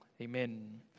Amen